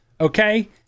okay